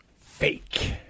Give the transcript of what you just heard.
Fake